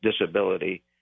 disability